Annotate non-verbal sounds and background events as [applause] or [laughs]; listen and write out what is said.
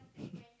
[laughs]